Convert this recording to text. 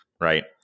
right